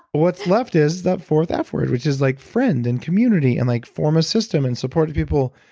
what's left is that fourth f word which is like friend and community and like form a system and support the people.